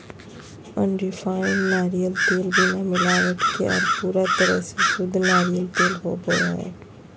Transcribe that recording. unrefined नारियल तेल बिना मिलावट के आर पूरा तरह से शुद्ध नारियल तेल होवो हय